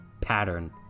pattern